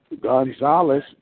Gonzalez